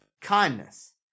Kindness